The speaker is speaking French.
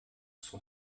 sont